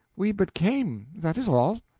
we but came that is all.